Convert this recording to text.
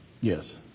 Yes